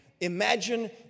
imagine